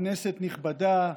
כנסת נכבדה,